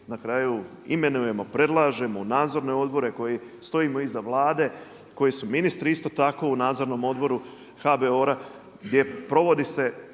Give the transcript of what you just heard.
na kraju imenujemo, predlažemo u nadzorne odbore, koji stojimo iza Vlade, koji su ministri isto tako u nadzornom odboru HBOR-a gdje provodi se